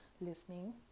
listening